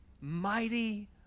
Mighty